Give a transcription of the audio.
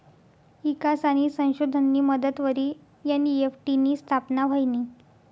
ईकास आणि संशोधननी मदतवरी एन.ई.एफ.टी नी स्थापना व्हयनी